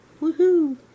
Woohoo